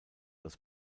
als